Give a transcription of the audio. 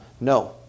No